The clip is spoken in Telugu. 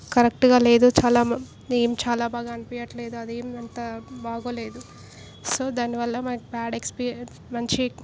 కరెక్టుగా లేదు చాలా మమ్ చాలా బాగా అనిపించట్లేదు అదేం అంత బాగోలేదు సో దానివల్ల మనకి బ్యాడ్ ఎక్స్పీరియన్స్ మంచి